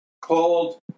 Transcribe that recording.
called